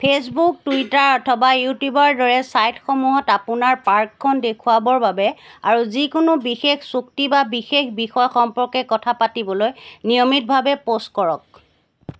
Facebook Twitter অথবা ইউটিউবৰ দৰে ছাইটসমূহত আপোনাৰ পাৰ্কখন দেখুৱাবৰ বাবে আৰু যিকোনো বিশেষ চুক্তি বা বিশেষ বিষয় সম্পৰ্কে কথা পাতিবলৈ নিয়মিতভাৱে পোষ্ট কৰক